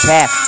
Tap